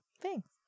thanks